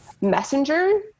messenger